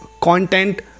content